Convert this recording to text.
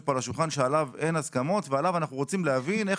כאן על השולחן ועליו אין הסכמות ועליו אנחנו רוצים להבין איך